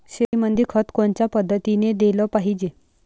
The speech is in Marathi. शेतीमंदी खत कोनच्या पद्धतीने देलं पाहिजे?